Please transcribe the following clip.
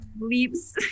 leaps